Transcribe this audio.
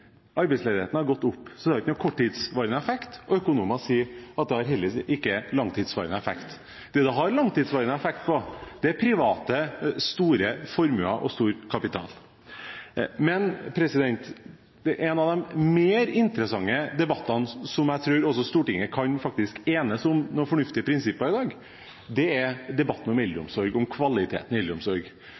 arbeidsledigheten går ned? Nei, den går ikke ned. Arbeidsledigheten har gått opp, så det har ikke noen korttidsvarende effekt, og økonomer sier at det heller ikke har noen langtidsvarende effekt. Det det har langtidseffekt på, er private, store formuer og stor kapital. En av de mer interessante debattene i dag, der jeg tror Stortinget faktisk kan enes om noen fornuftige prinsipper, er debatten om kvalitet i